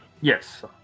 Yes